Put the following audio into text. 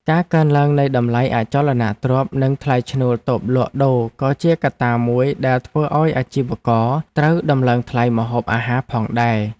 ការកើនឡើងនៃតម្លៃអចលនទ្រព្យនិងថ្លៃឈ្នួលតូបលក់ដូរក៏ជាកត្តាមួយដែលធ្វើឱ្យអាជីវករត្រូវដំឡើងថ្លៃម្ហូបអាហារផងដែរ។